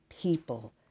People